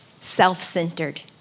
self-centered